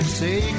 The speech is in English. say